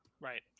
Right